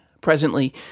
Presently